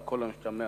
על כל המשתמע ממנו.